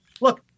look